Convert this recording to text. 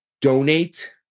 donate